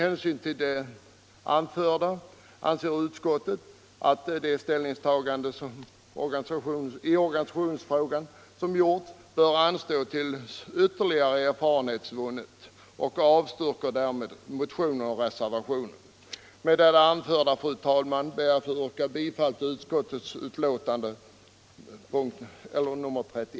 Utskottet anser att ett ställningstagande i organisationsfrågan bör anstå tills vtterligare erfarenheter vunnits och avstyrker därför motionerna. Med det anförda, fru talman, ber jag att få yrka bifall till utskottets hemställan.